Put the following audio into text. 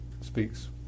speaks